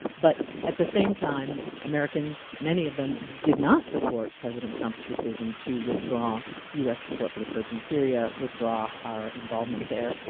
but at the same time americans, many of them did not support president trump's decision to withdraw us support for the kurds in syria, withdraw our involvement there.